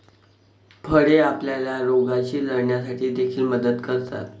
फळे आपल्याला रोगांशी लढण्यासाठी देखील मदत करतात